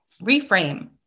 reframe